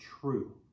true